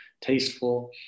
tasteful